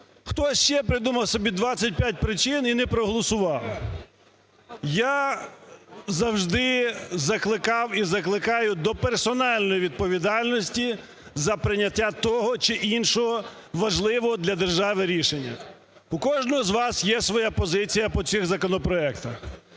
хтось ще придумав собі 25 причин і не проголосував. Я завжди закликав і закликаю до персональної відповідальності за прийняття того чи іншого важливого для держави рішення. У кожного з вас є своя позиція по цих законопроектах,